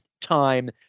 time